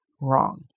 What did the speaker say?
wrong